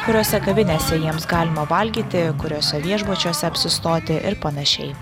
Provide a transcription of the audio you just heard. kuriose kavinėse jiems galima valgyti kuriuose viešbučiuose apsistoti ir panašiai